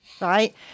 right